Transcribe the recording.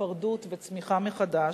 היפרדות וצמיחה מחדש,